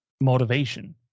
motivation